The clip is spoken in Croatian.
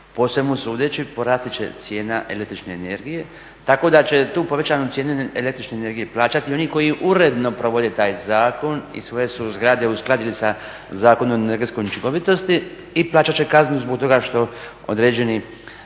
po svemu sudeći porasti će cijena električne energije tako da će tu povećanu cijenu električne energije plaćati i oni koji uredno provode taj zakon i svoje su zgrade uskladili sa Zakonom o energetskoj učinkovitosti i plaćati će kaznu zbog toga što određeni